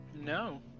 No